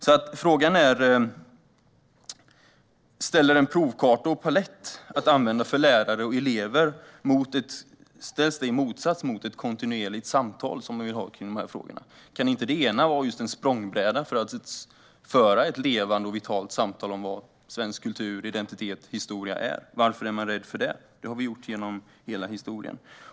Ställs en provkarta och palett att använda för lärare och elever i motsats till ett kontinuerligt samtal som vi har kring de här frågorna? Kan inte det ena vara en språngbräda för att föra ett levande och vitalt samtal om vad svensk kultur, identitet och historia är? Varför är man rädd för det? Det har vi ju gjort genom hela historien.